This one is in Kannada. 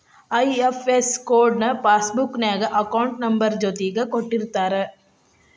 ಐ.ಎಫ್.ಎಸ್ ಕೊಡ್ ನ ಪಾಸ್ಬುಕ್ ನ್ಯಾಗ ಅಕೌಂಟ್ ನಂಬರ್ ಜೊತಿಗೆ ಕೊಟ್ಟಿರ್ತಾರ